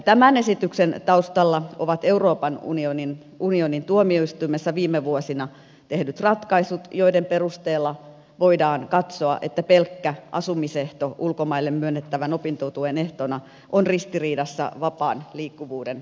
tämän esityksen taustalla ovat euroopan unionin tuomioistuimessa viime vuosina tehdyt ratkaisut joiden perusteella voidaan katsoa että pelkkä asumisehto ulkomaille myönnettävän opintotuen ehtona on ristiriidassa vapaan liikkuvuuden periaatteen kanssa